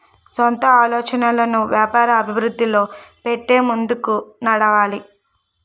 సొంత ఆలోచనలను వ్యాపార అభివృద్ధిలో పెట్టి ముందుకు నడవాలి